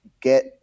get